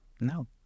No